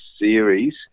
series